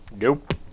Nope